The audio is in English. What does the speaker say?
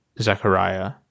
Zechariah